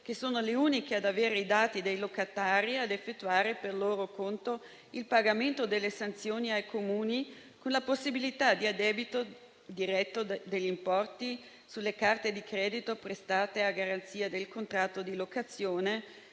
che sono le uniche ad avere i dati dei locatari, ad effettuare per loro conto il pagamento delle sanzioni ai Comuni, con la possibilità di addebito diretto degli importi sulle carte di credito prestate a garanzia del contratto di locazione,